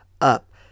up